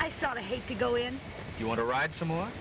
i hate to go in you want to ride some more